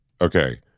Okay